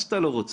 מה שאתה לא רוצה,